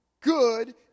good